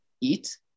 eat